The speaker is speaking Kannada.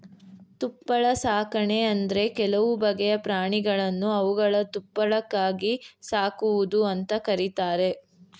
ತುಪ್ಪಳ ಸಾಕಣೆ ಅಂದ್ರೆ ಕೆಲವು ಬಗೆಯ ಪ್ರಾಣಿಗಳನ್ನು ಅವುಗಳ ತುಪ್ಪಳಕ್ಕಾಗಿ ಸಾಕುವುದು ಅಂತ ಕರೀತಾರೆ